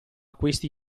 questi